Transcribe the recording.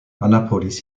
annapolis